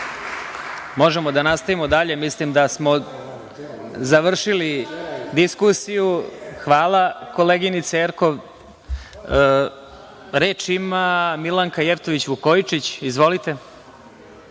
Orliću. Možemo da nastavimo dalje, mislim da smo završili diskusiju. Hvala, koleginice Jerkov. Reč ima Milanka Jevtović Vukojičić. Izvolite.